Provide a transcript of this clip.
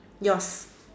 yours